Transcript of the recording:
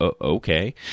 okay